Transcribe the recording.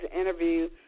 interview